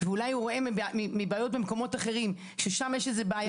אולי הוא רואה בעיות במקומות אחרים שבהם יש איזו בעיה.